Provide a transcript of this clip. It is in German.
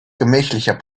gemächlicher